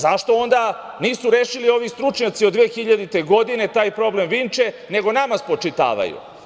Zašto onda nisu rešili ovi stručnjaci od 2000. godine taj problem Vinče, nego nama spočitavaju?